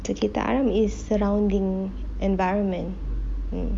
sekitar alam is surrounding environment